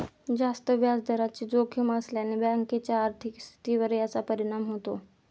जास्त व्याजदराची जोखीम असल्याने बँकेच्या आर्थिक स्थितीवर याचा परिणाम होतो